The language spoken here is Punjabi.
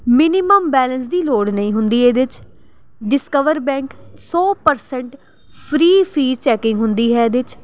ਮਿਨੀਮਮ ਬੈਲੈਂਸ ਦੀ ਲੋੜ ਨਹੀਂ ਹੁੰਦੀ ਇਹਦੇ 'ਚ ਡਿਸਕਵਰ ਬੈਂਕ ਸੌ ਪ੍ਰਸੈਂਟ ਫਰੀ ਫੀਸ ਚੈਕਿੰਗ ਹੁੰਦੀ ਹੈ ਇਹਦੇ 'ਚ